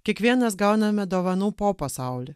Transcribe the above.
kiekvienas gauname dovanų po pasaulį